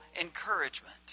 encouragement